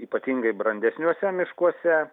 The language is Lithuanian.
ypatingai brandesniuose miškuose